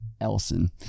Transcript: ...Elson